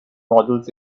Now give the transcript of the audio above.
models